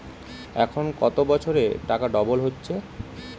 এখন কত বছরে টাকা ডবল হচ্ছে?